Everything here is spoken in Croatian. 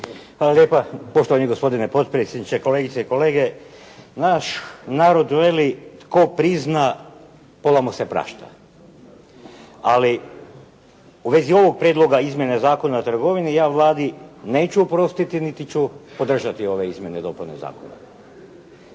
Hvala lijepa. Poštovani gospodine potpredsjedniče, kolegice i kolege naš narod veli: «Tko prizna pola mu se prašta». Ali u vezi ovog Prijedlog izmjene Zakona o trgovini ja Vladi neću oprostiti niti ću podržati ove izmjene i dopune zakona.